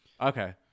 Okay